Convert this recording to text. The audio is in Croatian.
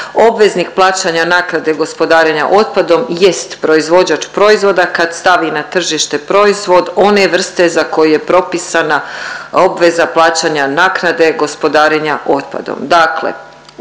Obveznik plaćanja naknade gospodarenja otpadom jest proizvođač proizvoda kad stavi na tržište proizvode one vrste za koju je propisana obveza plaćanja naknade gospodarenja otpadom.